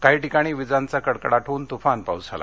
काही ठिकाणी विजांचा कडकडाट होवून तुफान पाऊस झाला